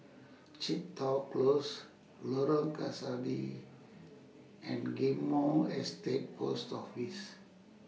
Chepstow Close Lorong Kebasi and Ghim Moh Estate Post Office